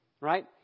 Right